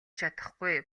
чадахгүй